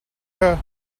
her